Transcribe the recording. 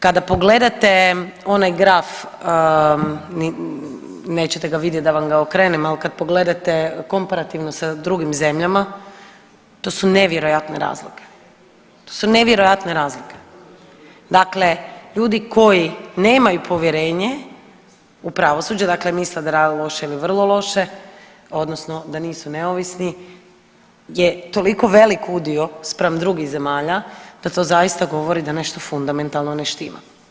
Kada pogledate onaj graf, nećete ga vidjet, da vam ga okrenem, al kad pogledate komparativno sa drugim zemljama to su nevjerojatne razlike, to su nevjerojatne razlike, dakle ljudi koji nemaju povjerenje u pravosuđe, dakle misle da rade loše ili vrlo loše odnosno da nisu neovisno je toliko velik udio spram drugih zemalja da to zaista govori da nešto fundamentalno ne štima.